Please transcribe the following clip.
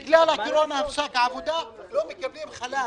בגלל הקורונה הם לא מקבלים חל"ת בעבודה.